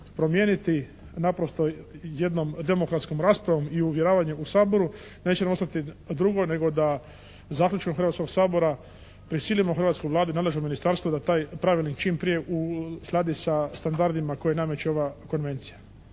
promijeniti naprosto jednom demokratskom raspravom i uvjeravanjem u Saboru neće nam ostati drugo nego da zaključkom Hrvatskog sabora prisilimo hrvatsku Vladu i nadležno ministarstvo da taj pravilnik čim prije uskladi sa standardima koje nameće ova konvencija.